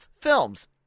films